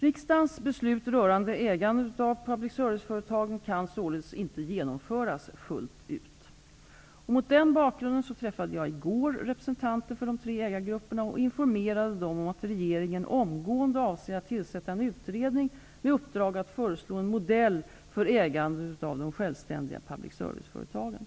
Riksdagens beslut rörande ägandet av public service-företagen kan således inte genomföras fullt ut. Mot denna bakgrund träffade jag i går representanter för de tre ägargrupperna och informerade dem om att regeringen omgående avser tillsätta en utredning med uppdrag att föreslå en modell för ägandet av de självständiga public service-företagen.